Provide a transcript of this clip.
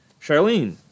Charlene